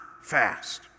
fast